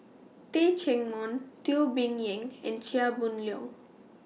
Teh Cheang Wan Teo Bee Yen and Chia Boon Leong